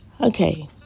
Okay